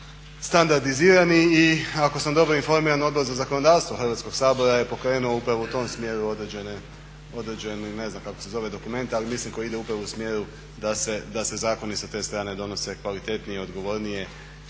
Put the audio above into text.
standardizirani. I ako sam dobro informiran Odbor za zakonodavstvo Hrvatskog sabora je pokrenuo upravo u tom smjeru određene, ne znam kako se zove dokument, ali mislim koji ide upravo u smjeru da se zakoni sa te strane donose kvalitetnije, odgovornije,